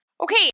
Okay